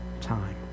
time